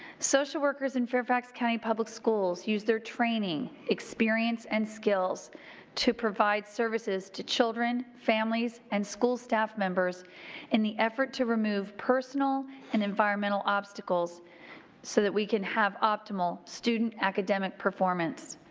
social workers in fairfax county public schools use their training, experience and skills to provide services to children, families and school staff members in the effort to remove personal and environmental obstacles so that we can have optimal student academic performance.